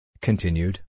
Continued